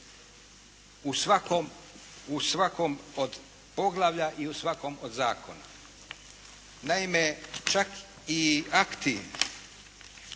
u svakom od poglavlja i u svakom od zakona. Naime čak i akti